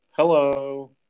hello